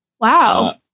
Wow